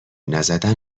نزدن